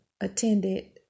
attended